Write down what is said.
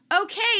okay